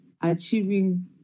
achieving